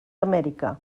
amèrica